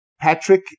Patrick